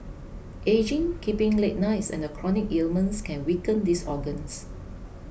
ageing keeping late nights and chronic ailments can weaken these organs